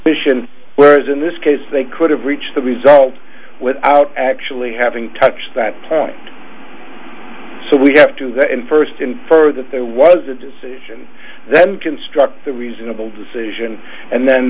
fission whereas in this case they could have reached the result without actually having touched that point so we have to go in first infer that there was a does and then construct the reasonable decision and then